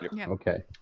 Okay